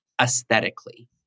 aesthetically